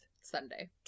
sunday